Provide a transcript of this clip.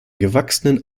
gewachsenen